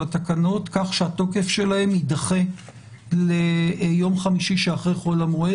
התקנות כך שהתוקף שלהן יידחה ליום חמישי שאחרי חול המועד